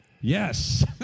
Yes